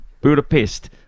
budapest